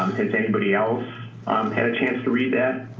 has anybody else had a chance to read that?